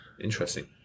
Interesting